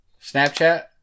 Snapchat